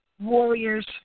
warriors